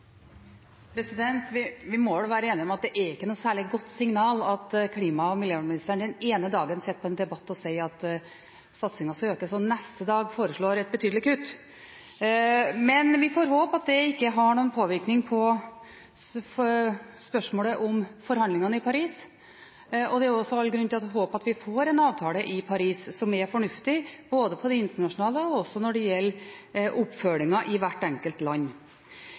Vi må vel være enige om at det ikke er noe særlig godt signal at klima- og miljøministeren den ene dagen er i en debatt og sier at satsinga skal økes, og neste dag foreslår et betydelig kutt. Vi får håpe at det ikke har noen påvirkning på spørsmålet i forhandlingene i Paris, og det er også all grunn til å håpe at vi får en avtale i Paris som er fornuftig både internasjonalt og når det gjelder oppfølginga i hvert enkelt land.